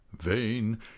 vain